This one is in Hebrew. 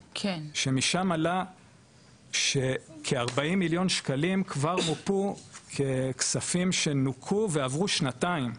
שמשם עלה שכ- 40 מיליון שקלים כבר מופו ככספים שנוכו ועבור שנתיים,